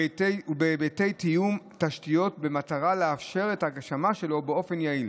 ובהיבטי תיאום תשתיות במטרה לאפשר את ההגשמה שלו באופן יעיל.